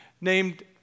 named